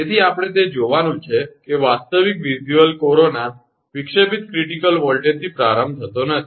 તેથી આપણે તે જોવાનું છે કે વાસ્તવિક વિઝ્યુઅલ કોરોના વિક્ષેપિત ક્રિટિકલ વોલ્ટેજથી પ્રારંભ થતો નથી